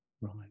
Right